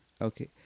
Okay